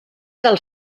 del